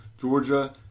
Georgia